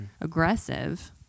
aggressive